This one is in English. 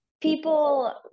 people